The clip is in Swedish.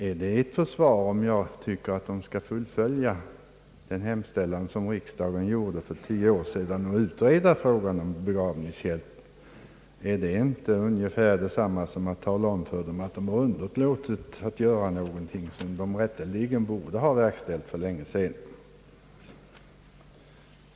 Är det ett försvar då jag säger att jag tycker att de skall fullfölja riksdagens hemställan för tio år sedan att utreda frågan om begravningshjälp? Är det inte i stället att tala om för dem att de har underlåtit att göra någonting som de rätteligen borde ha verkställt för länge sedan?